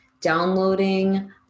downloading